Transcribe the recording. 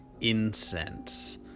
incense